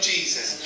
Jesus